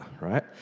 right